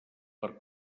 per